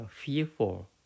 fearful